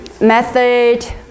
method